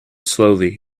slowly